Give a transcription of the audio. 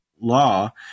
law –